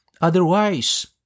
Otherwise